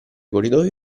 corridoio